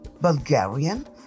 Bulgarian